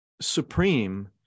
supreme